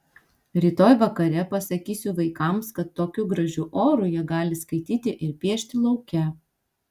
rytoj vakare pasakysiu vaikams kad tokiu gražiu oru jie gali skaityti ir piešti lauke